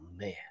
man